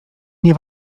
nie